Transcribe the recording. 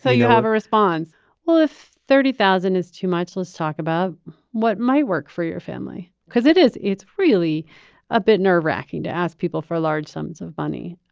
so you have a response well, if thirty thousand is too much loose, talk about what might work for your family. cause it is it's really a bit nerve wracking to ask people for large sums of money.